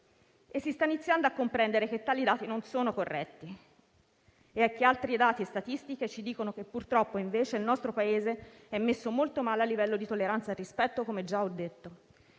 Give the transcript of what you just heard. Si sta iniziando a comprendere che tali dati non sono corretti, perché altri dati e statistiche ci dicono che, purtroppo, invece, il nostro Paese è messo molto male a livello di tolleranza e rispetto, come ho già detto.